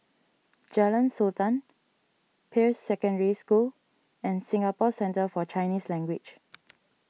Jalan Sultan Peirce Secondary School and Singapore Centre for Chinese Language